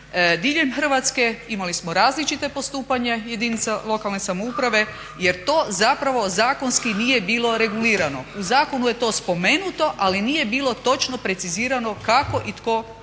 diljem Hrvatske, imali smo različito postupanje jedinica lokalne samouprave jer to zapravo zakonski nije bilo regulirano. U zakonu je to spomenuto, ali nije bilo točno precizirano kako i tko to